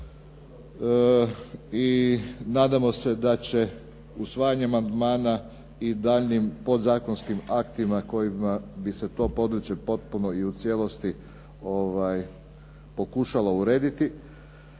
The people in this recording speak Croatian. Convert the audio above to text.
i nadamo se da će usvajanjem amandmana i daljnjim podzakonskim aktima kojima bi se to područje potpuno i u cijelosti pokušalo urediti.